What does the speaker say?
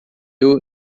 seu